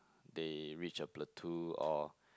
they reach a plateau or